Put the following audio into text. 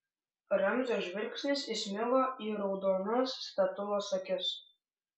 ramzio žvilgsnis įsmigo į raudonas statulos akis